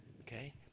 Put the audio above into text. Okay